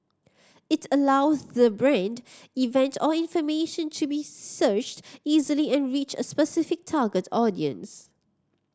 it allows the brand event or information to be searched easily and reach a specific target audience